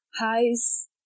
highs